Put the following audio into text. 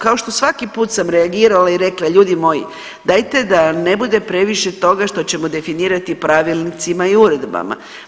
Kao što svaki put sam reagirala i rekla, ljudi moji, dajte da ne bude previše toga što ćemo definirati pravilnicima i uredbama.